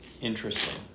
Interesting